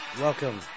welcome